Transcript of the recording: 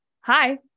Hi